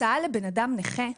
הסעה לבין אדם נכה,